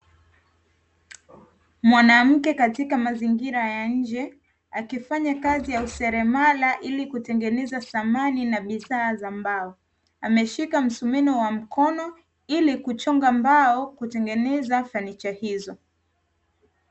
Mwanamke katika mazingira ya nje, akifanya kazi ya useremala ili kutengeneza samani na bidhaa za mbao, ameshika msumeno wa mkono ili kuchonga mbao kutengeneza fanicha hizo.